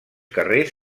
carrers